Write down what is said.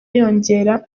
yongera